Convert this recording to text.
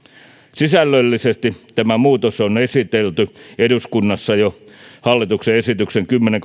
sisällöllisesti tämä muutos on esitelty eduskunnassa jo hallituksen esityksessä kymmenen